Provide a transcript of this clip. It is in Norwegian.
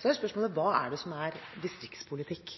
så er spørsmålet: Hva er det som er distriktspolitikk?